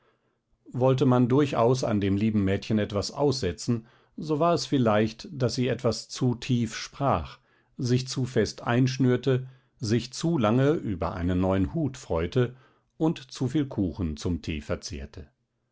wollte man durchaus an dem lieben mädchen etwas aussetzen so war es vielleicht daß sie etwas zu tief sprach sich zu fest einschnürte sich zu lange über einen neuen hut freute und zuviel kuchen zum tee verzehrte